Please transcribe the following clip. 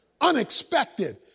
unexpected